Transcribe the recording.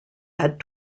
had